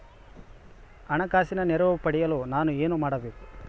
ಹಣಕಾಸಿನ ನೆರವು ಪಡೆಯಲು ನಾನು ಏನು ಮಾಡಬೇಕು?